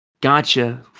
Gotcha